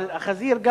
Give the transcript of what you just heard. אבל החזיר,